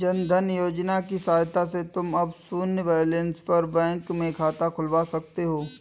जन धन योजना की सहायता से तुम अब शून्य बैलेंस पर बैंक में खाता खुलवा सकते हो